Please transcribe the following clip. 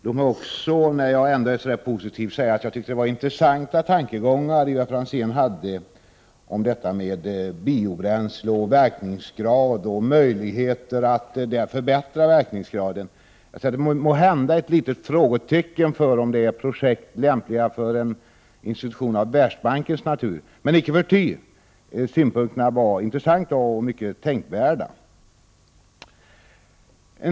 Låt mig också säga, när jag är så positiv, att jag tycker att Ivar Franzéns tankegångar om biobränsle, verkningsgrad och möjligheter att förbättra verkningsgraden var intressanta. Jag sätter måhända ett litet frågetecken när det gäller om dessa projekt är lämpliga för en institution av Världsbankens natur. Men icke förty var synpunkterna intressanta och mycket tänkvärda.